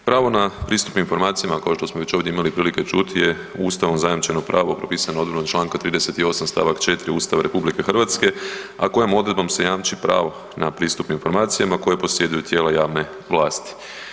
Pravo na pristup informacijama kao što smo već ovdje imali prilike čuti je Ustavom zajamčeno pravo propisano odredbom čl. 38. st. 4. Ustava RH, a kojom odredbom se jamči pravo na pristup informacijama koje posjeduju tijela javne vlasti.